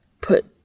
Put